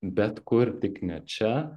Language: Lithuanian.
bet kur tik ne čia